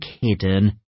hidden